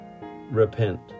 repent